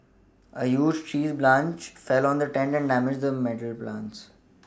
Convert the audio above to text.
a huge tree branch fell on the tent and damaged the metal plants